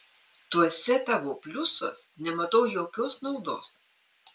tuose tavo pliusuos nematau jokios naudos